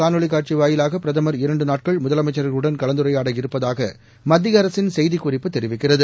காணொலி காட்சி வாயிலாக பிரதமா் இரண்டு நாட்கள் முதலமைச்சர்களுடன் கலந்துரையாட இருப்பதாக மத்திய அரசின் செய்திக் குறிப்பு தெரிவிக்கிறது